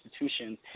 institutions